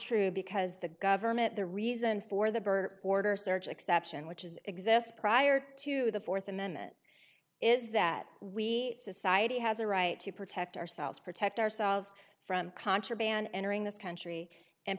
true because the government the reason for the burger order search exception which is exists prior to the fourth amendment is that we society has a right to protect ourselves protect ourselves from contraband entering this country and